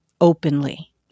openly